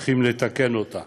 שצריך לתקן אותה,